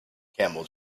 camel